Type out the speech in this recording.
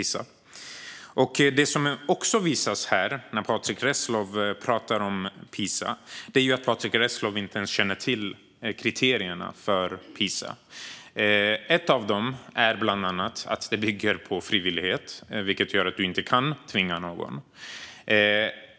Det som också framgår här är att Patrick Reslow inte ens känner till kriterierna för PISA. Ett av dem är bland annat att PISA bygger på frivillighet, vilket gör att du inte kan tvinga någon.